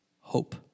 Hope